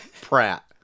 Pratt